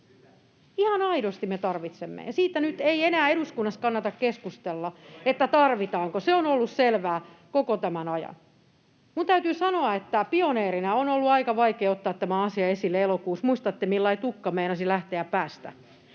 välihuuto] Siitä nyt ei enää eduskunnassa kannata keskustella, tarvitaanko, se on ollut selvää koko tämän ajan. Minun täytyy sanoa, että pioneerina on ollut aika vaikea ottaa tämä asia esille elokuussa — muistatte, millä lailla tukka meinasi lähteä päästä,